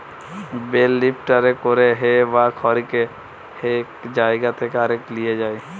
bell লিফ্টারে করে হে বা খড়কে এক জায়গা থেকে আরেক লিয়ে যায়